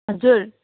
हजुर